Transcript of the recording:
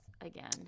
again